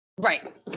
right